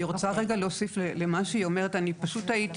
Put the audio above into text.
ובהשקעה לא גדולה, שכאן לא צריך להקים